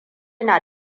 na